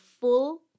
full